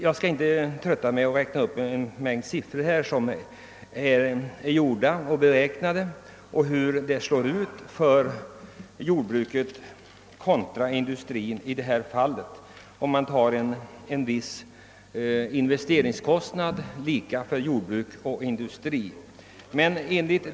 Jag skall inte trötta kammarens ledamöter med att räkna upp siffror som har framräknats för att illustrera resultatet för jordbruket och för industrin av en viss investeringsutgift.